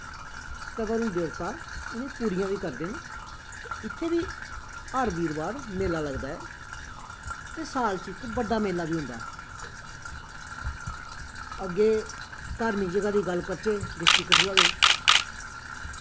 ते बरुण देवता उ'नें पूरियां बी करदे न इत्थें बी हर बीरबार मेला लगदा ऐ ते साल च इक बड्डा मेला बी होंदा ऐ अग्गें धार्मक जगह् दी गल्ल करचै डिस्टिक कठुआ दी